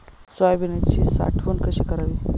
सोयाबीनची साठवण कशी करावी?